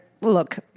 look –